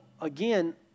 again